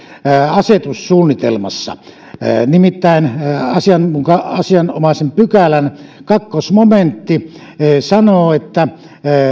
asetussuunnitelmassa nimittäin asianomaisen pykälän toinen momentti sanoo että